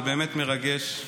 זה באמת מרגש.